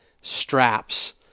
straps